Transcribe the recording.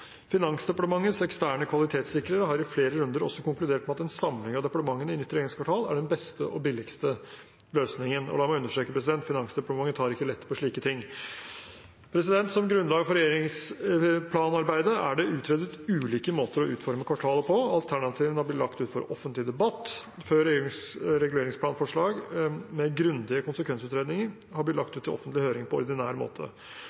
Finansdepartementets eksterne kvalitetssikrere har i flere runder også konkludert med at en samling av departementene i nytt regjeringskvartal er den beste og billigste løsningen. La meg understreke: Finansdepartementet tar ikke lett på slike ting. Som grunnlag for reguleringsplanarbeidet er det utredet ulike måter å utforme kvartalet på. Alternativene har blitt lagt ut for offentlig debatt før reguleringsplanforslag med grundige konsekvensutredninger er blitt lagt ut til offentlig høring på ordinær måte.